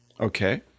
Okay